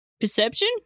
Perception